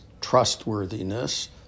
trustworthiness